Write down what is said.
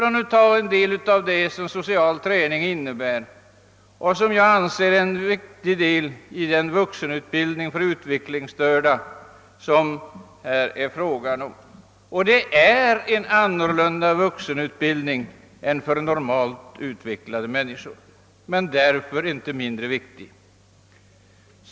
Allt detta hör till vad social träning innebär, och jag anser det vara en viktig del av den vuxenutbildning för utvecklingsstörda som det här är fråga om. Det är en vuxenutbildning av annat slag än för normalt utvecklade människor, men den är därför inte mindre viktig.